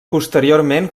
posteriorment